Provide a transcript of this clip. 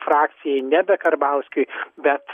frakcijai nebe karbauskiui bet